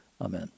Amen